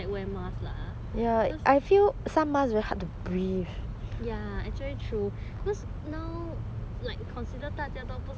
ya actually true cause now like you consider 大家都不是很习惯 then that's why suddenly need